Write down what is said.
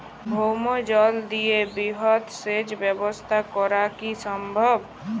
ভৌমজল দিয়ে বৃহৎ সেচ ব্যবস্থা করা কি সম্ভব?